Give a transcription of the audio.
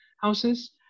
houses